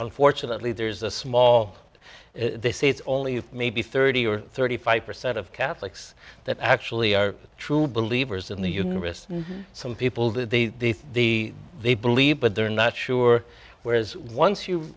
unfortunately there's a small they say it's only maybe thirty or thirty five percent of catholics that actually are true believers in the universe some people that the they believe but they're not sure where as once you